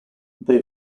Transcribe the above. they